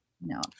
No